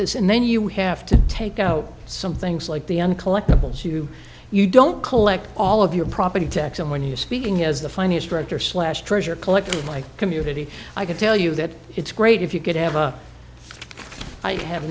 this and then you have to take out some things like the end collectibles you you don't collect all of your property tax and when you're speaking as the finance director slash treasure collector like community i can tell you that it's great if you could have a i have